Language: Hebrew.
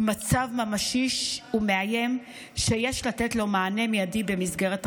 הוא מצב ממשי ומאיים שיש לתת לו מענה מיידי במסגרת החוק.